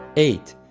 eight.